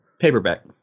Paperback